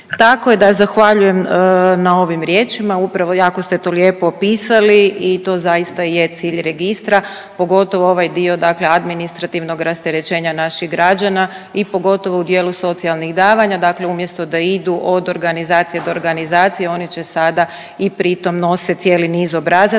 Tako je, da zahvaljujem na ovim riječima upravo jako ste to lijepo opisali i to zaista je cilj registra, pogotovo ovaj dio dakle administrativnog rasterećenja naših građana i pogotovo u dijelu socijalnih davana. Dakle, umjesto da idu od organizacije do organizacije oni će sada i pri tom nose cijeli niz obrazaca,